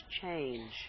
change